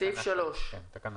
תקנה